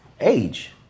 age